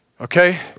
Okay